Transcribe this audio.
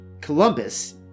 Columbus